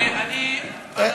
אני, ועדת הפנים.